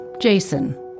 Jason